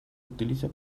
utiliza